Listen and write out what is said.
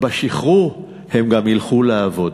לאחר השחרור הם גם ילכו לעבוד,